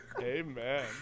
Amen